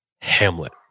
Hamlet